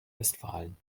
westfalen